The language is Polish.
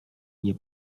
nie